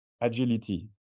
agility